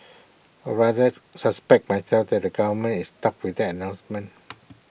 or rather suspect myself that the government is stuck with that announcement